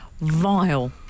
Vile